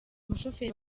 mushoferi